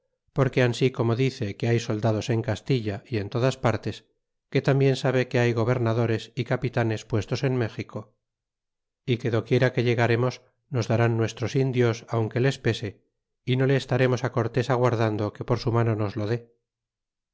porque ansi como dice que hay soldados en castilla y en todas partes que tambien sabe que hay gobernadores y capitanes puestos en méxico a que do quiera que llegaremos nos darán nuestros indios aunque les pese y no le estaremos cortes aguardando que por su mano nos lo dé